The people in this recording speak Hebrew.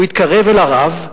הוא התקרב אל הרב,